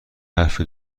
حرف